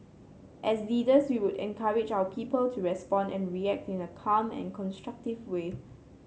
as leaders we would encourage our people to respond and react in a calm and constructive way